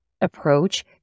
approach